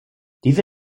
diese